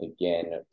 Again